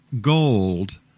Gold